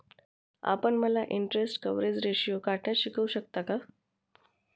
आपण मला interest coverage ratio काढण्यास शिकवू शकता का?